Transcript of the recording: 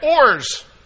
oars